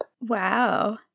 Wow